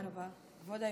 מכובדי